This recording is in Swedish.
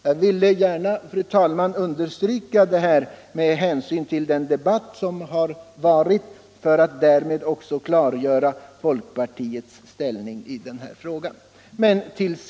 Jag har velat understryka detta, fru talman, med hänsyn till den debatt som har förekommit för att därmed också klargöra folkpartiets ställning i denna fråga.